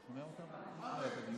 אתה שומע אותם, אתי.